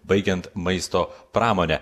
baigiant maisto pramone